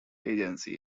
agency